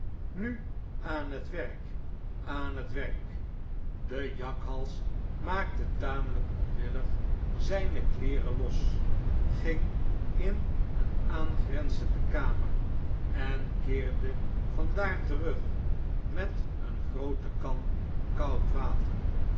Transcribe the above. nu aan t werk aan t werk de jak'hals maakte tameljjk onwillig zijne kleereri los ging in een aangrenzende kairier en keerde van daar terug met eene groote kan koud water